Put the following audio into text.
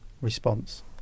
response